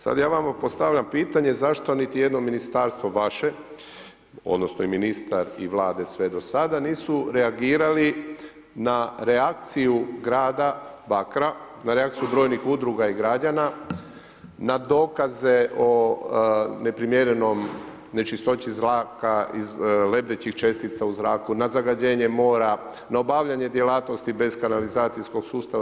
Sad ja vama postavljam pitanje, zašto niti jedno ministarstvo vaše, odnosno, ministar i vlade sve do sada, nisu reagirali na reakciju grada Bakra, na reakciju brojnih udruga i građana na dokaze na neprimjerenom nečistoći zraka iz lebdećih čestica u zraku, na zagađenju mora, na obavljanje djelatnosti, bez kanalizacijskog sustava.